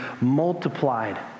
multiplied